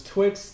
Twix